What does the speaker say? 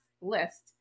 List